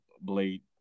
Blade